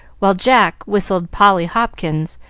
while jack whistled polly hopkins,